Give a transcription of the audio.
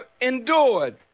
endured